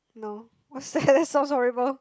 no what's that sounds horrible